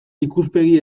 ikuspegi